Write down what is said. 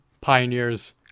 pioneers